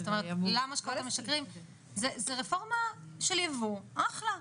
זו רפורמה של ייבוא - אחלה.